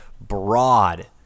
broad